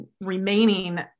remaining